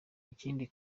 ikindi